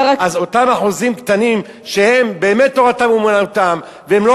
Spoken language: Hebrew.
אז אותם אחוזים קטנים שבאמת תורתם-אומנותם והם לא